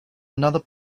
another